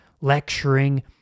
lecturing